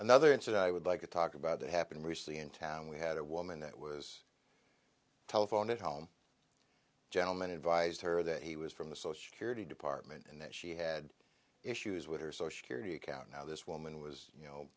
another incident i would like to talk about that happened recently in town we had a woman that was a telephone at home gentlemen advised her that he was from the so surety department and that she had issues with her social care to account now this woman was you know